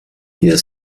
hier